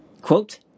quote